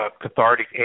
cathartic